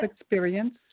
experience